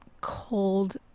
cold